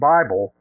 Bible